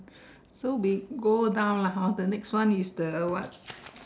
so we go down lah hor the next one is the what